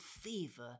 fever